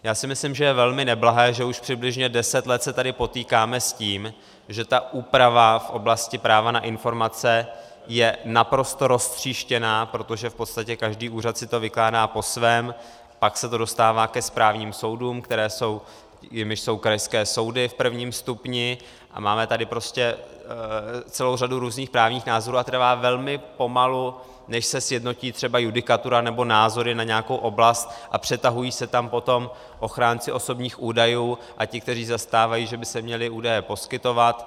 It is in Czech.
Já si myslím, že je velmi neblahé, že už přibližně deset let se tady potýkáme s tím, že úprava v oblasti práva na informace je naprosto roztříštěná, protože v podstatě každý úřad si to vykládá po svém, pak se to dostává ke správním soudům, jimiž jsou krajské soudy v prvním stupni, a máme tady prostě celou řadu různých právních názorů a trvá velmi pomalu, než se sjednotí třeba judikatura nebo názory na nějakou oblast, a přetahují se tam potom ochránci osobních údajů a ti, kteří zastávají, že by se měly údaje poskytovat.